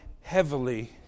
heavily